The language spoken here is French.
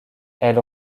elle